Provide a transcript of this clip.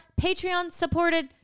Patreon-supported